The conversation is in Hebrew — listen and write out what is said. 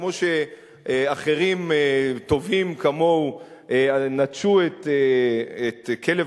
כמו שאחרים טובים כמוהו נטשו את עמדת כלב